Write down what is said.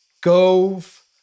Gove